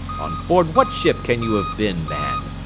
on board what ship can you have been, man?